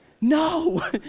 No